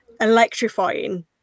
electrifying